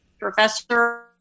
professor